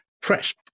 fresh